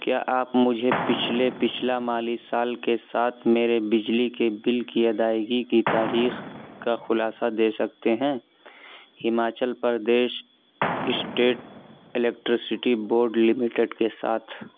کیا آپ مجھے پچھلے پچھلا مالی سال کے ساتھ میرے بجلی کے بل کی ادائیگی کی تاریخ کا خلاصہ دے سکتے ہیں Himachal Pradesh state electricity board limited کے ساتھ